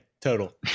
total